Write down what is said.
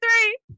three